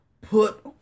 put